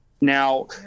Now